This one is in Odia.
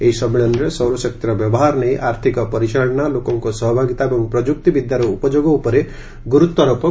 ଏହି ସମ୍ମିଳନୀରେ ସୌରଶକ୍ତିର ବ୍ୟବହାର ନେଇ ଆର୍ଥିକ ପରିଚାଳନା ଲୋକଙ୍କର ସହଭାଗିତା ଏବଂ ପ୍ରଯୁକ୍ତି ବିଦ୍ୟାର ଉପଯୋଗ ଉପରେ ଗୁରୁତ୍ୱାରୋପ କରାଯିବ